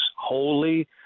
holy